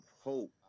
hope